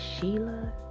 Sheila